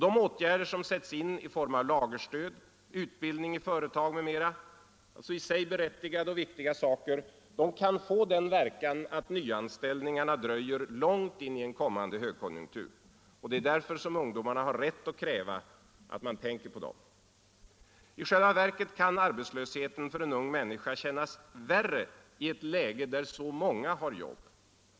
De åtgärder som sätts in i form av lagerstöd, utbildning i företagen m.m. — i sig berättigade och viktiga — kan få den verkan att nyanställningarna dröjer långt in i en kommande högkonjunktur. Därför har ungdomarna rätt att kräva att man tänker på dem. I själva verket kan arbetslösheten för en ung människa kännas värre i ett läge där så många har jobb.